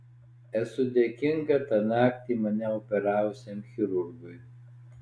esu dėkinga tą naktį mane operavusiam chirurgui